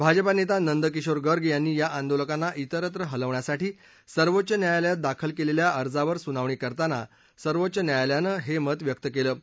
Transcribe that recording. भाजपा नेता नंद किशोर गर्ग यांनी या आंदोलकांना विस्त्र हलवण्यासाठी सर्वोच्च न्यायालयात दाखल केलेल्या अर्जावर सुनावणी करताना सर्वोच्च न्यायालयानं हे म्हटलं आहे